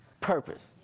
purpose